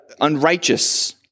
unrighteous